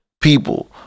people